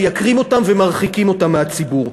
מייקרים אותם ומרחיקים אותם מהציבור.